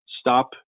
stop